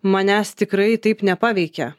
manęs tikrai taip nepaveikė